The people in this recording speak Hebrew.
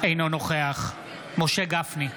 אינו נוכח משה גפני,